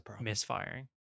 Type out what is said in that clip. misfiring